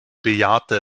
bejahte